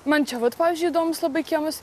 man čia vat pavyzdžiui įdomus labai kiemas